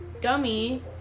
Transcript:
dummy